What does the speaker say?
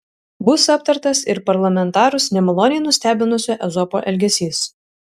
bus aptartas ir parlamentarus nemaloniai nustebinusio ezopo elgesys